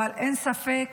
אבל אין ספק